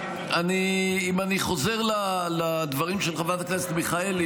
אם אני חוזר לדברים של חברת הכנסת מיכאלי,